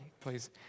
please